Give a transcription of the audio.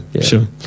sure